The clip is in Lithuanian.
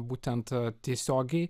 būtent tiesiogiai